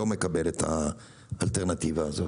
לא מקבל את האלטרנטיבה הזאת.